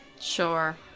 Sure